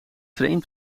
vreemd